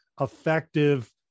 effective